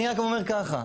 אני רק אומר ככה,